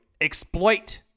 exploit